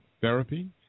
therapy